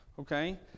okay